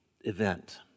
event